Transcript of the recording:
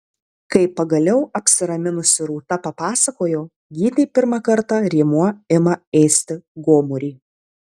kai pagaliau apsiraminusi rūta papasakojo gytei pirmą kartą rėmuo ima ėsti gomurį